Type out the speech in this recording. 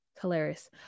hilarious